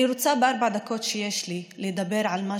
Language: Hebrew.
בארבע הדקות שיש לי אני רוצה לדבר על מה